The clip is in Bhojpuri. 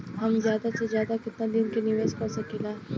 हम ज्यदा से ज्यदा केतना दिन के निवेश कर सकिला?